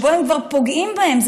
שבו הם כבר פוגעים בהן,